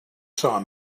saw